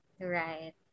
right